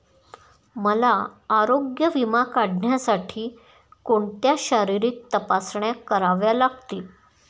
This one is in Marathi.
मला आरोग्य विमा काढण्यासाठी कोणत्या शारीरिक तपासण्या कराव्या लागतील?